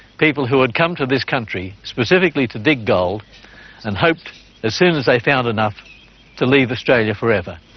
people who had come to this country specifically to dig gold and hoped as soon as they found enough to leave australia forever.